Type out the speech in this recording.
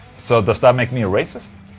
so does that make me a racist?